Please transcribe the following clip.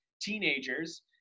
teenagers